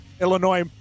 Illinois